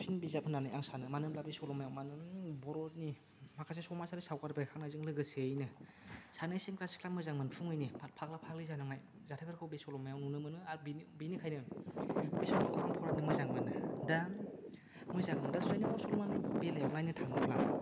साबसिन बिजाब होननानै आं सानो मानो होनब्ला बे सल'मायाव बर'नि माखासे समाजारि सावजारिजों बेरखांनायजों लोगोसेयैनो सानै सेंग्रा सिखला मोजां मोनफुङैनि फाग्ला फाग्लि जालांनाय जाथायफोरखौ बे सल'मायाव नुनो मोनो आर बेनिखायनो बे सल'माखौ आं फरायनो मोजां मोनो दा मोजां दा जुजायनि अर सल'मानि बेलायाव नायनो थाङोब्ला